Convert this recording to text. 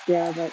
ya but